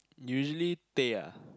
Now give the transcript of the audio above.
usually teh ah